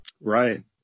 Right